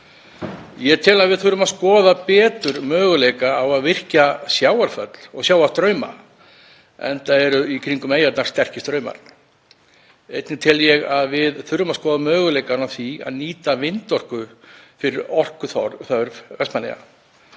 Ég tel að við þurfum að skoða betur möguleika á að virkja sjávarföll og sjávarstrauma enda eru í kringum eyjarnar sterkir straumar. Einnig tel ég að við þurfum að skoða möguleikana á því að nýta vindorku fyrir orkuþörf Vestmannaeyja.